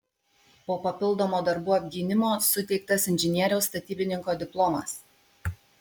po papildomo darbų apgynimo suteiktas inžinieriaus statybininko diplomas